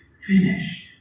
finished